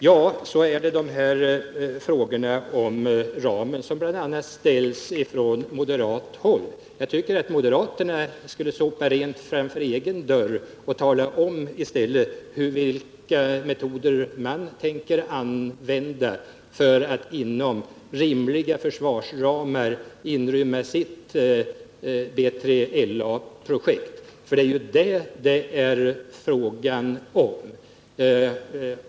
Beträffande de frågor om kostnadsramen som bl.a. ställs från moderat håll vill jag säga att jag tycker att moderaterna borde sopa rent framför egen dörr och i stället tala om vilka metoder man tänker använda för att inom rimliga kostnadsramar kunna inrymma deras B3LA-projekt. Det är ju det som saken gäller.